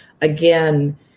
Again